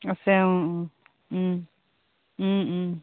আছে অঁ অঁ